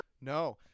no